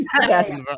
Yes